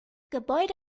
gebäude